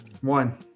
One